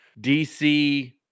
DC